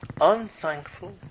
unthankful